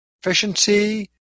efficiency